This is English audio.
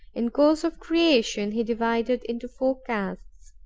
in course of creation, he divided into four castes.